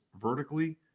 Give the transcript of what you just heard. vertically